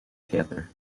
theatre